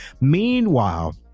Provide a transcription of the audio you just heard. meanwhile